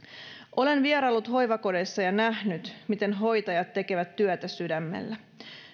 olen vieraillut hoivakodeissa ja nähnyt miten hoitajat tekevät työtä sydämellä